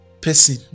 person